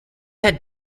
had